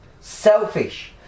selfish